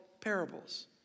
parables